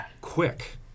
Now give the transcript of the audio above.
quick